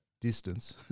distance